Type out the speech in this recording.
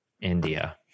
India